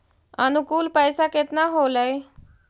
अनुकुल पैसा केतना होलय